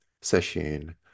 session